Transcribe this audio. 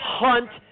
hunt